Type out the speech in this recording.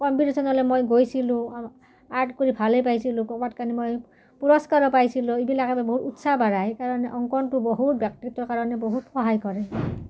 কম্পিটিশ্যনলে মই গৈছিলোঁ আৰ্ট কৰি ভালেই পাইছিলোঁ ক'বাত কাৰণে মই পুৰস্কাৰো পাইছিলোঁ এইবিলাকে বহত উৎসাহ বঢ়ায় কাৰণে অংকনটো বহুত ব্যক্তিত্বৰ কাৰণে বহুত সহায় কৰে